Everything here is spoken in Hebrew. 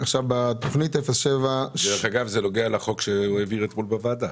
דרך אגב, זה נוגע לחוק שהוא העביר אתמול בוועדה.